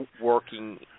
working